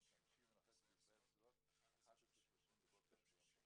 חמישי ונוחתת בישראל בסביבות 11:30 בבוקר של יום שישי.